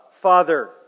Father